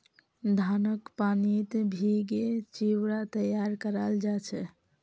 धानक पानीत भिगे चिवड़ा तैयार कराल जा छे